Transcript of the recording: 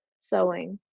sewing